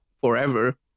forever